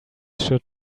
should